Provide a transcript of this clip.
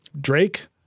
Drake